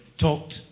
talked